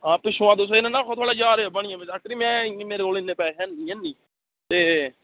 हां पिच्छुआ तुस एह् नेई ना आक्खो कि थुआढ़ा ज्हार रपया बनी गेआ इने मेरे कोल इन्ने पेसे है नी ऐ हल्ली ते